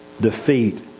Defeat